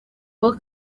paul